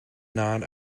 not